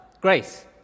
Grace